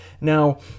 Now